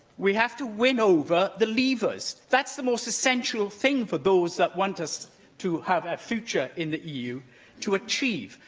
we have to win over the leavers. that's the most essential thing for those that want us to have a future in the eu to achieve,